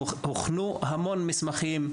הוכנו המון מסמכים,